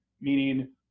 meaning